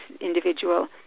individual